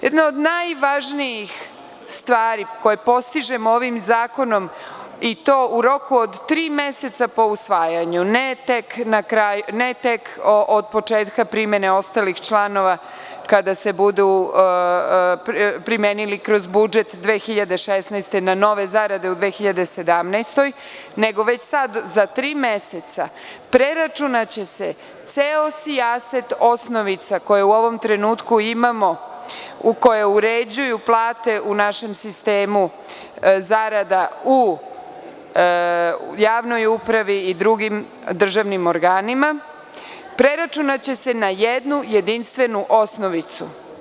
Jedna od najvažnijih stvari koju postižemo ovim zakonom i to u roku od tri meseca po usvajanju, ne tek od početka primene ostalih članova kada se budu primenili kroz budžet 2016. godine na nove zarade u 2017. godini, nego već sada, za tri meseca, preračunaće se ceo sijaset osnovica koje u ovom trenutku imamo, koje uređuju plate u našem sistemu zarada u javnoj upravi i drugim državnim organima, preračunaće se na jednu jedinstvenu osnovicu.